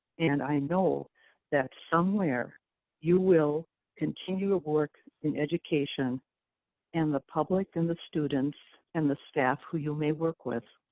and i know that somewhere you will continue work in education and the public and the students and the staff who you may work with